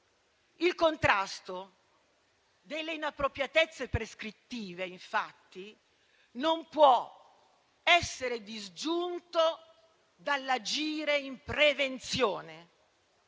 Il contrasto delle inappropriatezze prescrittive, infatti, non può essere disgiunto dall'agire in prevenzione.